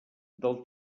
del